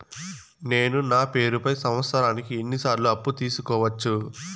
నేను నా పేరుపై సంవత్సరానికి ఎన్ని సార్లు అప్పు తీసుకోవచ్చు?